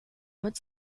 mit